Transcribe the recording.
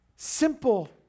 Simple